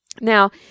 Now